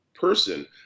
person